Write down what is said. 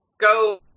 go